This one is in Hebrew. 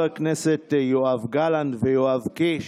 חברי הכנסת יואב גלנט ויואב קיש.